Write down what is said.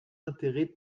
intérêt